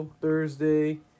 Thursday